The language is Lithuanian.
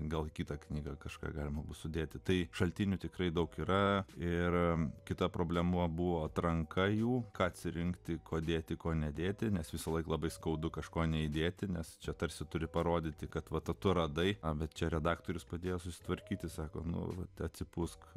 gal kitą knygą kažką galima bus sudėti tai šaltinių tikrai daug yra ir kita problema buvo atranka jų ką atsirinkti ko dėti ko nedėti nes visąlaik labai skaudu kažko neįdėti nes čia tarsi turi parodyti kad va tu radai abi čia redaktorius padėjo susitvarkyti sako nu vat atsipūsk